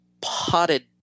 potted